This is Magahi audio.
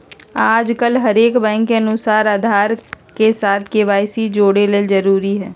आजकल हरेक बैंक के अनुसार आधार के साथ के.वाई.सी जोड़े ल जरूरी हय